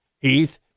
Heath